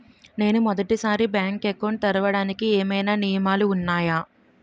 నేను మొదటి సారి బ్యాంక్ అకౌంట్ తెరవడానికి ఏమైనా నియమాలు వున్నాయా?